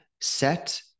set